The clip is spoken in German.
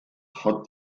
hat